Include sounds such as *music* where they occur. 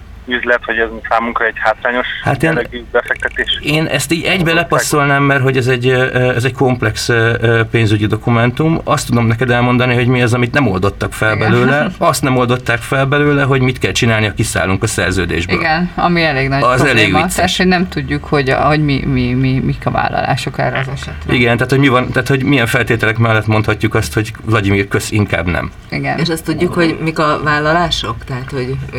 üzlet, hogy ez számunkra egy hátrányos Hát én- jellegű befektetés. én ezt így egybe A- lepasszolnám, mert hogy ez egy, ö, ö, ez egy komplex, ö, ö, pénzügyi dokumentum. Azt tudom neked elmondani, hogy mi az, amit nem oldottak fel Igen. belőle. *laughs* Azt nem oldották fel belőle, hogy mit kell csinálni, ha kiszállunk a szerződésből. Igen, ami elég nagy Az elég probléma. vicc. Tehát, hogy nem tudjuk, hogy a- hogy mi- mi- mi- mik a vállalások erre az esetre. Igen, tehát, hogy mi van- tehát, hogy milyen feltételek mellett mondhatjuk azt, hogy Vladimir, kösz, inkább nem. Igen. És azt tudjuk, hogy mik a vállalások? Tehát, hogy-